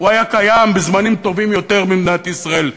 הוא היה קיים בזמנים טובים יותר במדינת ישראל.